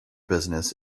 business